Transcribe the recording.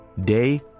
day